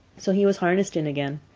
so he was harnessed in again,